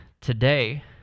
today